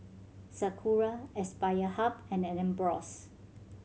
Sakura Aspire Hub and Ambros